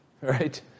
Right